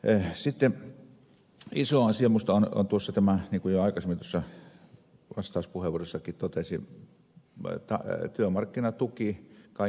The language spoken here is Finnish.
sitten iso asia minusta on tuossa niin kuin aikaisemmin jo vastauspuheenvuorossakin totesin työmarkkinatuki kaiken kaikkiaan